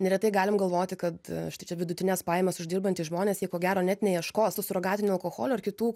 neretai galim galvoti kad štai čia vidutines pajamas uždirbantys žmonės jie ko gero net neieškos to surogatinio alkoholio ir kitų